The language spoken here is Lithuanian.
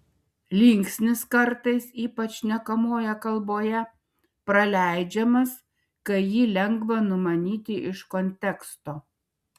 linksnis kartais ypač šnekamojoje kalboje praleidžiamas kai jį lengva numanyti iš konteksto